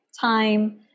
time